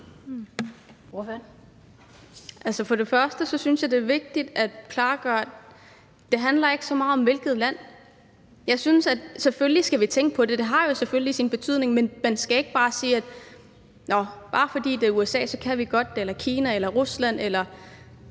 for det første synes jeg, det er vigtigt at gøre sig klart, at det ikke handler så meget om hvilket land. Selvfølgelig skal vi tænke på det, det har jo selvfølgelig sin betydning, men man skal ikke bare sige, at bare fordi det er USA eller Kina eller Rusland kan